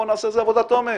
בואו נעשה עבודת עומק,